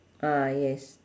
ah yes